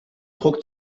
druck